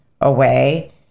away